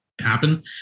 happen